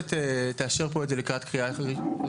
הכנסת תאשר את זה פה לקראת קריאה הראשונה.